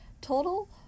total